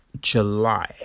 July